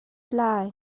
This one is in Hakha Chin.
lai